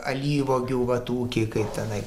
alyvuogių vat ūkiai kaip tenai